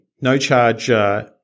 no-charge